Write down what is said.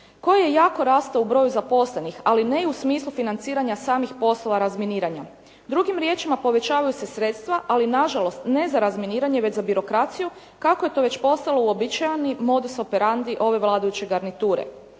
koje jako raste u broju zaposlenih, ali ne i u smislu financiranja samih poslova razminiranja. Drugim riječima povećavaju se sredstva, ali na žalost ne za razminiranje već za birokraciju, kako je to već postalo uobičajeni modus operandi ove vladajuće garniture.